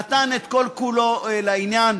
נתן את כל-כולו לעניין.